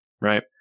right